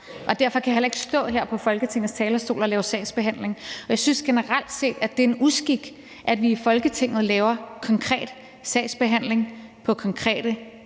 derfor kan jeg heller ikke stå her på Folketingets talerstol og lave sagsbehandling. Jeg synes generelt, at det er en uskik, at vi i Folketinget laver konkret sagsbehandling af konkrete